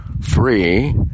free